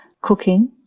cooking